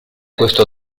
questo